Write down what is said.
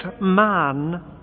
man